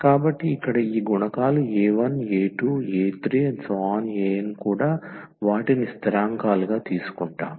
కాబట్టి ఇక్కడ ఈ గుణకాలు a1 a2 a3 a n కూడా వాటిని స్థిరాంకాలుగా తీసుకుంటాం